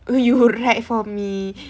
!woo! you would write for me